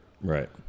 Right